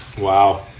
wow